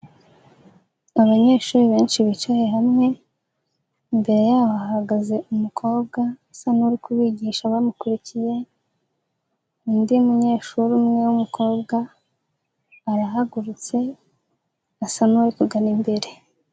Abanyeshuri benshi bicaye hamwe, imbere yabo hahagaze umukobwa usa nk'uri kubigisha bamukurikiye, undi munyeshuri umwe w'umukobwa arahagurutse asa nkuri kugana imbere.